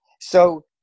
so-